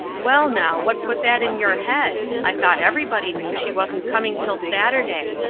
well, now, what put that in your head? i thought everybody knew she wasn't coming till saturday.